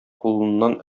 кулыннан